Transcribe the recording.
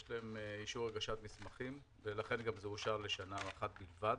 יש להם אישור הגשת מסמכים ולכן גם זה אושר לשנה אחת בלבד.